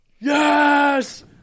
Yes